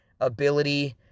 Ability